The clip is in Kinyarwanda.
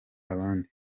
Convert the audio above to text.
abandi